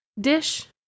dish